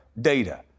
data